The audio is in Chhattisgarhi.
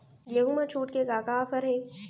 गेहूँ मा छूट के का का ऑफ़र हे?